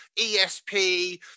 ESP